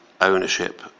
ownership